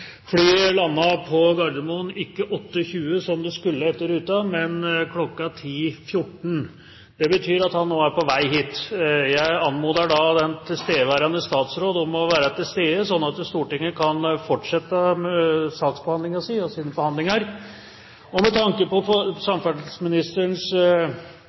på Gardermoen ikke kl. 8.20, som det skulle etter ruten, men kl. 10.14. Det betyr at han nå er på vei hit. Jeg anmoder da den tilstedeværende statsråd om å være til stede, sånn at Stortinget kan fortsette med saksbehandlingen og forhandlingene sine. Med tanke på samferdselsministerens åpenbare hjertelag for